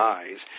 eyes